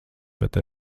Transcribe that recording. bet